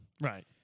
Right